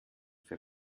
für